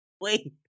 wait